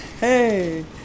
hey